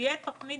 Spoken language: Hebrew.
תהיה תוכנית